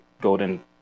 golden